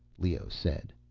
leoh said.